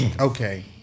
Okay